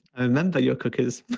i remember your cookies.